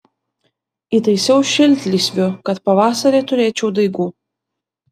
įtaisiau šiltlysvių kad pavasarį turėčiau daigų